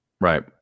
Right